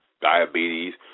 diabetes